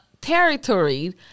territory